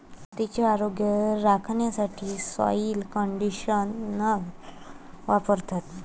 मातीचे आरोग्य राखण्यासाठी सॉइल कंडिशनर वापरतात